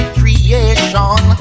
creation